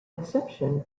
exception